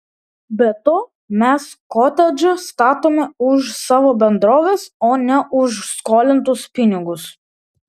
be to mes kotedžą statome už savo bendrovės o ne už skolintus pinigus